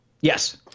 yes